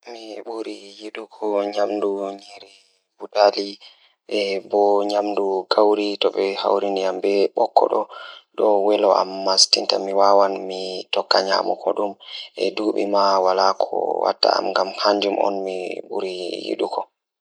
Ndewɗe mi njiddaade ɗum ko ceebu e sauce goɗɗo waɗii ndiyan, Waɗata lekkol e baasu. Ndewɗe ɗum ngam ɗum waɗata ceɓtore leɗɗe kala, ɗum waɗa waɗata heen e neɗɗo.